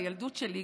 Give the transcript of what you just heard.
בילדות שלי,